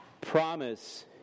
promise